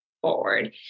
forward